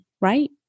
right